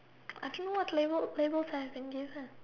I don't know what labels labels I have been given